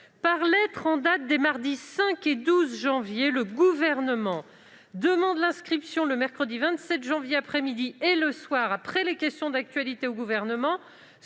par lettres en date des mardis 5 et 12 janvier 2020, le Gouvernement demande l'inscription le mercredi 27 janvier, après-midi et le soir, après les questions d'actualité au Gouvernement,